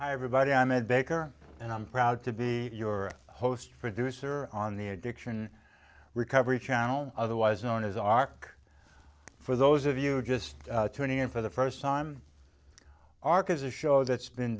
hi everybody i'm ed baker and i'm proud to be your host producer on the addiction recovery channel otherwise known as arc for those of you just tuning in for the first time arc is a show that's been